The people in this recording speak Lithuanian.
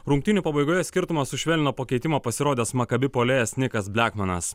rungtynių pabaigoje skirtumą sušvelnino po keitimo pasirodęs maccabi puolėjas nikas blekmenas